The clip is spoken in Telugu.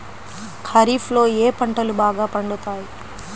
ఖరీఫ్లో ఏ పంటలు బాగా పండుతాయి?